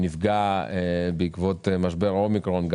שנפגע בעקבות משבר האומיקרון.